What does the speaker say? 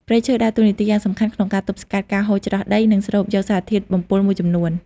ព្រៃឈើដើរតួនាទីយ៉ាងសំខាន់ក្នុងការទប់ស្កាត់ការហូរច្រោះដី និងស្រូបយកសារធាតុបំពុលមួយចំនួន។